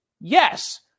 Yes